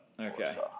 Okay